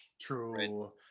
True